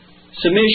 submission